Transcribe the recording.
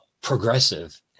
progressive